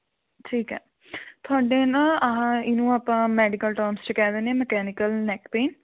ਠੀਕ ਹੈ ਤੁਹਾਡੇ ਨਾ ਆਹਾ ਇਹਨੂੰ ਆਪਾਂ ਮੈਡੀਕਲ ਟਰਮਸ 'ਚ ਕਹਿ ਦਿੰਦੇ ਹੈ ਮਕੈਨੀਕਲ ਨੈੱਕ ਪੇਨ